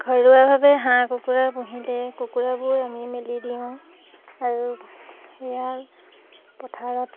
ঘৰুৱাভাৱে হাঁহ কুকুৰা পুহিলে কুকুৰাবোৰ আমি মেলি দিওঁ আৰু সেয়া পথাৰত